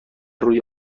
روی